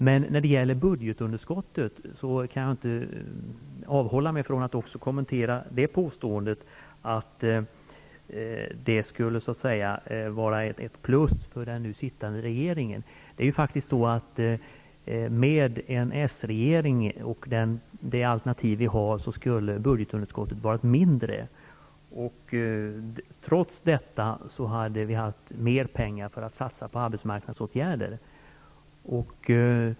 Jag kan inte heller avhålla mig från att kommentera vad arbetsmarknadsministern sade om budgetunderskottet, nämligen att det så att säga skulle vara ett plus för den nu sittande regeringen. Med en socialdemokratisk regering och det alternativ vi har skulle budgetunderskottet faktiskt ha varit mindre. Trots detta hade vi haft mer pengar att satsa på arbetsmarknadsåtgärder.